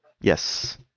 Yes